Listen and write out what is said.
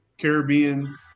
Caribbean